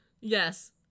Yes